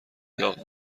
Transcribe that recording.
داغ